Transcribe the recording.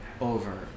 Over